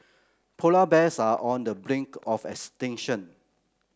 polar bears are on the brink of extinction